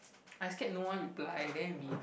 I scared no one reply then will be